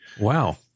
Wow